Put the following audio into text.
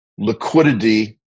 liquidity